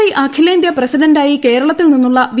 I അഖിലേന്ത്യാ പ്രസിഡന്റായി കേരളത്തിൽ നിന്നുള്ള വി